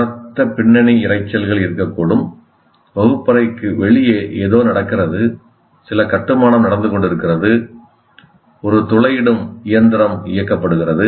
உரத்த பின்னணி இரைச்சல்கள் இருக்கக்கூடும் வகுப்பறைக்கு வெளியே ஏதோ நடக்கிறது சில கட்டுமானம் நடந்து கொண்டிருக்கிறது ஒரு துளையிடும் இயந்திரம் இயக்கப்படுகிறது